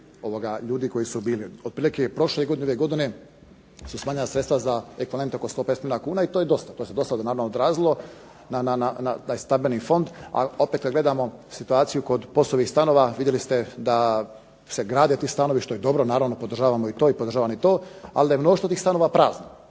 ljudi koji su bili. Otprilike i prošle godine i ove godine su smanjena sredstva za .../Govornik se ne razumije./... oko 150 milijuna kuna i to je dosta. To se dosta odrazilo na taj stambeni fond, a opet kad gledamo situaciju kod POS-ovih stanova vidjeli ste da se grade ti stanovi što je dobro. Naravno podržavamo i to i podržavam i to, ali da je mnoštvo tih stanova prazno.